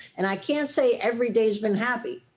and i can't say every day has been happy.